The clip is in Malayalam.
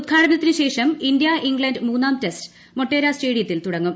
ഉദ്ഘാടനത്തിനുശേഷം ഇന്ത്യാ ഇംഗ്ലണ്ട് മൂന്നാം ടെസ്റ്റ് മൊട്ടേര സ്റ്റേഡിയത്തിൽ തുടങ്ങും